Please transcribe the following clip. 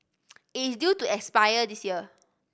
it is due to expire this year